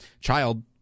child